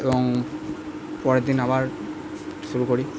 এবং পরের দিন আবার শুরু করি